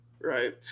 right